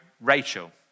Rachel